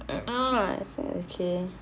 oh okay